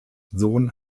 sohn